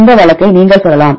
இந்த வழக்கை நீங்கள் சொல்லலாம்